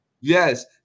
yes